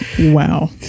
Wow